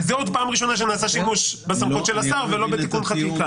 וזה עוד פעם ראשונה שנעשה שימוש בסמכות של השר ולא בתיקון חקיקה.